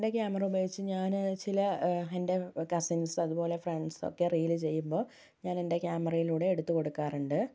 എൻ്റെ ക്യാമറ ഉപയോഗിച്ച് ഞാൻ ചില എൻ്റെ കസിൻസ് അതുപോലെ ഫ്രണ്ട്സൊക്കെ റീൽ ചെയ്യുമ്പോൾ ഞാനെൻ്റെ ക്യാമറയിലൂടെ എടുത്തു കൊടുക്കാറുണ്ട്